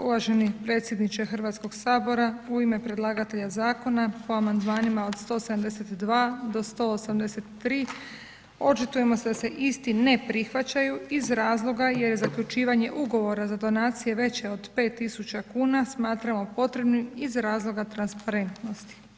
Uvaženi predsjedniče Hrvatskoga sabora u ime predlagatelja zakona o amandmanima od 172. do 183. očitujemo se da se isti ne prihvaćaju iz razloga jer zaključivanje ugovora za donacije veće od 5 tisuća kuna smatramo potrebnim iz razloga transparentnosti.